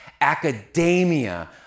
academia